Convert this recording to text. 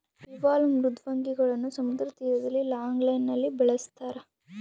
bivalve ಮೃದ್ವಂಗಿಗಳನ್ನು ಸಮುದ್ರ ತೀರದಲ್ಲಿ ಲಾಂಗ್ ಲೈನ್ ನಲ್ಲಿ ಬೆಳಸ್ತರ